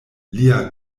lia